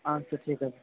আচ্ছা ঠিক আছে